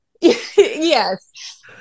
Yes